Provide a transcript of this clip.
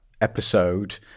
episode